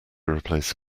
replace